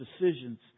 decisions